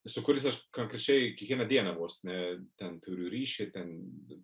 su kuriais aš konkrečiai kiekvieną dieną vos ne ten turiu ryšį ten